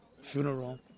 funeral